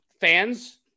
fans